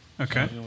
Okay